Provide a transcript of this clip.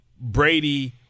Brady –